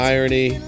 Irony